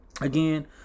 Again